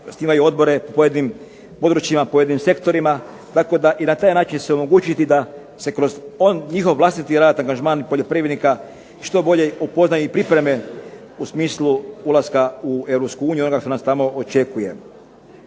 osnivaju odbora u pojedinim područjima, pojedinim sektorima. Tako da će se i na taj način omogućiti da se kroz vlastiti angažman poljoprivrednika što bolje upoznaju i pripreme u smislu ulaska u Europsku uniju i onoga što nas tamo očekuje.